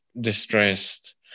distressed